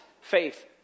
faith